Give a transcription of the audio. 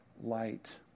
light